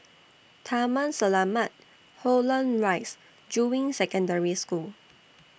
Taman Selamat Holland Rise and Juying Secondary School